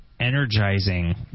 energizing